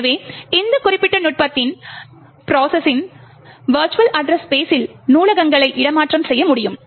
எனவே இந்த குறிப்பிட்ட நுட்பத்துடன் ப்ரோசஸின் விர்ச்சுவல் அட்ரஸ் ஸ்பெஸில் நூலகங்களை இடமாற்றம் செய்ய முடியும்